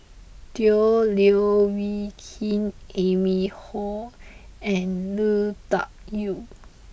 Tan Leo Wee Hin Amy Khor and Lui Tuck Yew